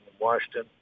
Washington